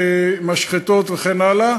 משחטות וכן הלאה,